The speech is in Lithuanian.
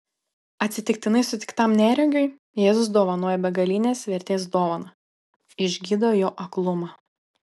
atsitiktinai sutiktam neregiui jėzus dovanoja begalinės vertės dovaną išgydo jo aklumą